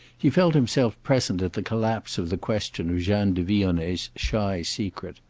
he felt himself present at the collapse of the question of jeanne de vionnet's shy secret.